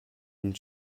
une